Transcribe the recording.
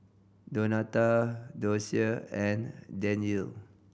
Donato Docia and Danyel